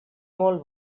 molt